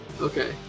okay